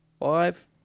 five